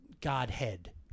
godhead